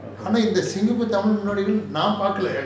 okay